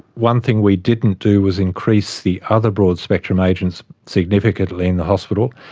one thing we didn't do was increase the other broad-spectrum agents significantly in the hospital.